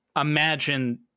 imagine